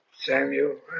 Samuel